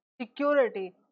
security